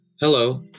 Hello